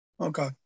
Okay